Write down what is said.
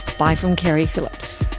bye from keri phillips